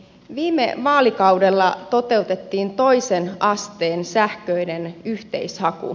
viime vaalikaudella toteutettiin toisen asteen sähköinen yhteishaku